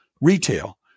retail